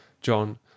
John